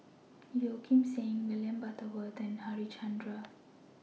Yeo Kim Seng William Butterworth and Harichandra